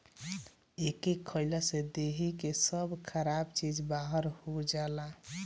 एके खइला से देहि के सब खराब चीज बहार हो जाला